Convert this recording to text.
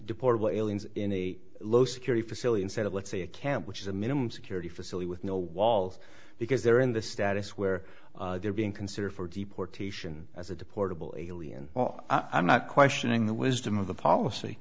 deplorable aliens in a low security facility instead of let's say a camp which is a minimum security facility with no walls because they're in the status where they're being considered for deportation as a deportable alien well i'm not questioning the wisdom of the policy